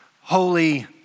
holy